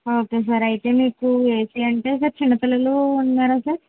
okay sir అయితే మీకు AC అంటే సార్ చిన్నపిల్లలు ఉన్నారా సార్